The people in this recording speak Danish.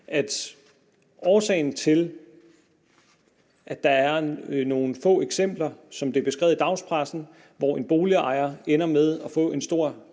at årsagen til, at der er nogle få eksempler som dem, der er beskrevet i dagspressen, hvor en boligejer ender med at få en stor